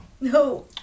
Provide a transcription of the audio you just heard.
No